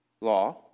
law